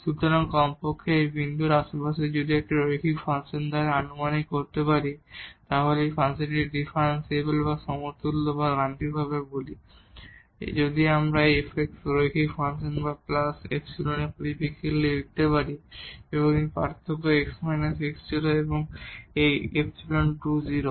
সুতরাং কমপক্ষে এই বিন্দুর আশেপাশে যদি আমরা একটি রৈখিক ফাংশন দ্বারা আনুমানিক করতে পারি তাহলে আমরা এই ফাংশনটিকে ডিফারেনশিবল বা সমতুল্য বা গাণিতিকভাবে বলি যদি আমরা এই f রৈখিক ফাংশন এবং প্লাস ইপসিলনের পরিপ্রেক্ষিতে লিখতে পারি এবং এই পার্থক্য x − x0 এবং এই ϵ → 0